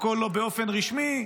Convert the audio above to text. הכול לא באופן רשמי,